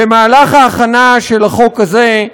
במהלך ההכנה של החוק הזה,